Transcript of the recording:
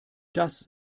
das